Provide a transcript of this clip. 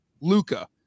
luca